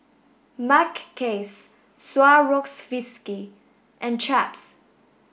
Mackays Swarovski and Chaps